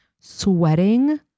sweating